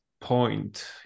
point